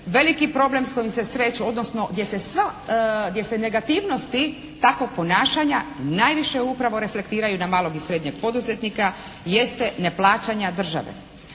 Veliki problem s kojim se sreću odnosno gdje se sva, gdje se negativnosti takvog ponašanja najviše upravo reflektiraju na malog i srednjeg poduzetnika jeste neplaćanja države.